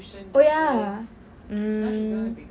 oh ya mm